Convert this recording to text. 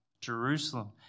Jerusalem